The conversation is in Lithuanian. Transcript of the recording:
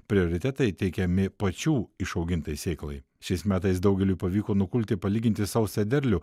prioritetai teikiami pačių išaugintai sėklai šiais metais daugeliui pavyko nukulti palyginti sausą derlių